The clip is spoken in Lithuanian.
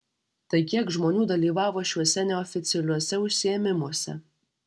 tai kiek žmonių dalyvavo šiuose neoficialiuose užsiėmimuose